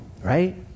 right